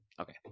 Okay